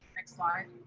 next slide.